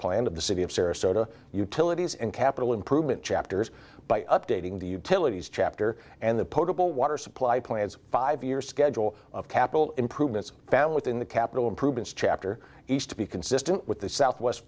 plan of the city of sarasota utilities and capital improvement chapters by updating the utilities chapter and the potable water supply plants five years schedule of capital improvements families in the capital improvements chapter each to be consistent with the southwest